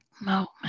moment